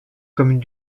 comme